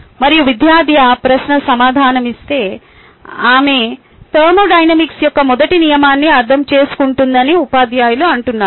మరియు విద్యార్థి ఆ ప్రశ్నకు సమాధానమిస్తే ఆమె థర్మోడైనమిక్స్ యొక్క మొదటి నియమాన్ని అర్థం చేసుకుంటుందని ఉపాధ్యాయులు అంటున్నారు